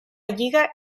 lliga